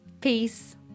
peace